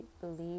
believe